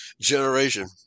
generation